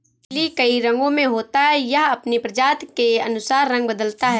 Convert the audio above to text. lily कई रंगो में होता है, यह अपनी प्रजाति के अनुसार रंग बदलता है